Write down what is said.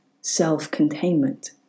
self-containment